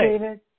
David